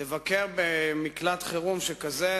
תבקר במקלט חירום שכזה.